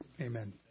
Amen